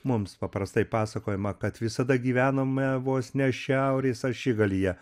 mums paprastai pasakojama kad visada gyvename vos ne šiaurės ašigalyje